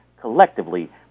collectively